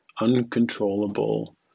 uncontrollable